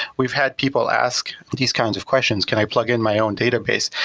we've had people ask these kinds of questions, can i plug in my own database?